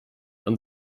und